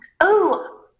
-"Oh